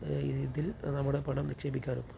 ഇതിൽ നമ്മുടെ പണം നിക്ഷേപിക്കാനും